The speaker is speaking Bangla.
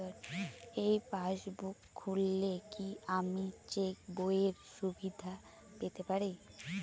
এই পাসবুক খুললে কি আমি চেকবইয়ের সুবিধা পেতে পারি?